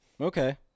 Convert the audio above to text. Okay